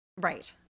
Right